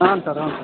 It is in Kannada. ಹಾಂ ಸರ್ ಹಾಂ ಸರ್